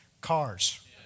cars